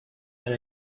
can